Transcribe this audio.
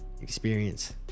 experience